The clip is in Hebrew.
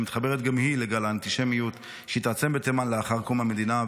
שמתחברת גם היא לגל האנטישמיות שהתעצם בתימן לאחר קום המדינה,